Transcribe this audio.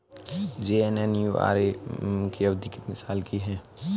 JNNURM की अवधि कितने साल की है?